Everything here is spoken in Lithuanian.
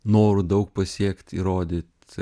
norų daug pasiekt įrodyt